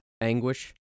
anguish